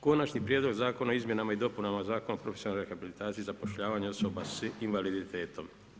Konačni prijedlog Zakona o izmjenama i dopunama Zakona o profesionalnoj rehabilitaciji zapošljavanja osoba s invaliditetom.